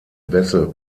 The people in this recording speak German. wessel